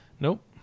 nope